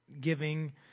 giving